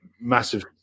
massive